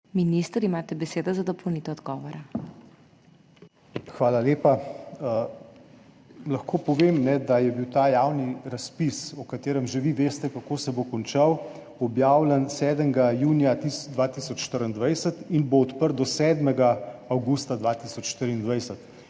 (minister za javno upravo):** Hvala lepa. Lahko povem, da je bil ta javni razpis, o katerem vi veste, kako se bo končal, objavljen 7. junija 2024 in bo odprt do 7. avgusta 2024.